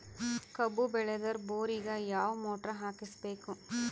ಕಬ್ಬು ಬೇಳದರ್ ಬೋರಿಗ ಯಾವ ಮೋಟ್ರ ಹಾಕಿಸಬೇಕು?